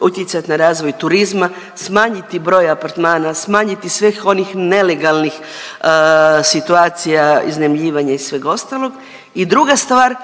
utjecat na razvoj turizma, smanjiti broj apartmana, smanjiti svih onih nelegalnih situacija iznajmljivanja i svega ostalog. I druga stvar